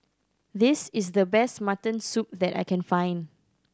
this is the best mutton soup that I can find